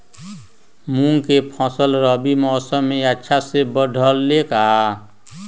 मूंग के फसल रबी मौसम में अच्छा से बढ़ ले का?